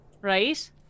right